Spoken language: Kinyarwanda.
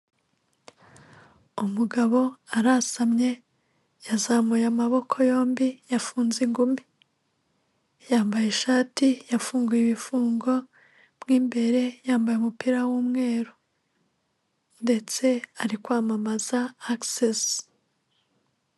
Umugabo arasamye yazamuye amaboko yombi yafunze ingumi, yambaye ishati yafunguye ibifungo mo imbere yambaye umupira w'umweru ndetse ari kwamamaza access.